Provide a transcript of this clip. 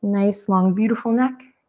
nice, long beautiful neck.